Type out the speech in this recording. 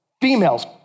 Females